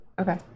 Okay